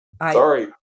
sorry